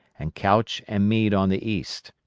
and couch and meade on the east.